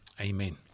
Amen